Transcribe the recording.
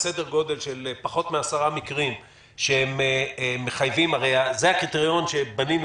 לפחות מ-10 מקרים שמחייבים הרי זה הקריטריון שבנינו